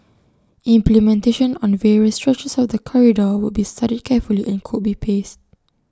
implementation on the various stretches of the corridor will be studied carefully and could be paced